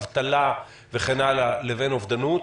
אבטלה וכן הלאה לבין אובדנות.